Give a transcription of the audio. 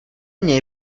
něj